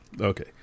Okay